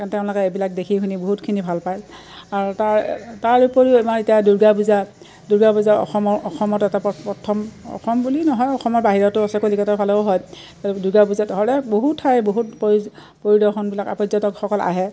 কাৰণ তেওঁলোকে এইবিলাক দেখি শুনি বহুতখিনি ভাল পায় আৰু তাৰ তাৰ উপৰিও আমাৰ এতিয়া দুৰ্গা পূজাত দুৰ্গা পূজা অসমৰ অসমত এটা প প্ৰথম অসম বুলি নহয় অসমৰ বাহিৰতো আছে কলিকাতৰ ফালেও হয় দুৰ্গা পূজাত হৰে বহুত ঠাই বহুত পৰি পৰিদৰ্শনবিলাক আ পৰ্যটকসকল আহে